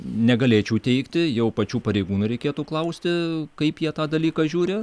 negalėčiau teigti jau pačių pareigūnų reikėtų klausti kaip jie tą dalyką žiūri